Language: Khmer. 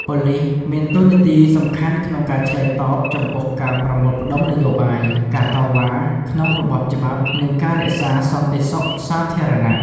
ប៉ូលីសមានតួនាទីសំខាន់ក្នុងការឆ្លើយតបចំពោះការប្រមូលផ្តុំនយោបាយ ការតវ៉ាក្នុងរបបច្បាប់ និងការរក្សាសន្តិសុខសាធារណៈ។